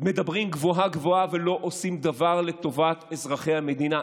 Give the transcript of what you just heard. מדברים גבוהה-גבוהה ולא עושים דבר לטובת אזרחי המדינה,